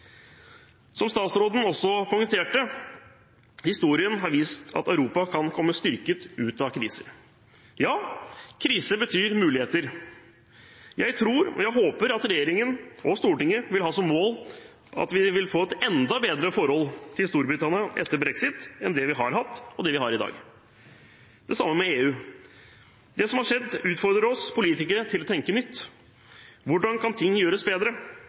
Som statsråden også poengterte: Historien har vist at Europa kan komme styrket ut av kriser. Ja, krise betyr muligheter! Jeg tror og håper at regjeringen og Stortinget har som mål at vi får et enda bedre forhold til Storbritannia etter brexit enn det vi har hatt, og det vi har i dag. Det samme med EU: Det som har skjedd, utfordrer oss politikere til å tenke nytt. Hvordan kan ting gjøres bedre?